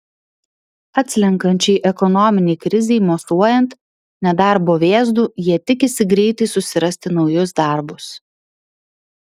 atslenkančiai ekonominei krizei mosuojant nedarbo vėzdu jie tikisi greitai susirasti naujus darbus